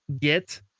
get